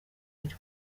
hirwa